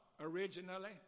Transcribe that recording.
originally